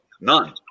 none